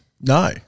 no